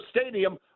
stadium